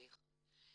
זה אחד.